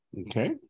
Okay